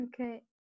Okay